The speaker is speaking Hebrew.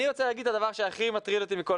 אני רוצה להגיד את הדבר שהכי מטריד אותי מכל